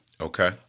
Okay